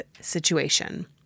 situation